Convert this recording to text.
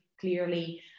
clearly